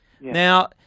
Now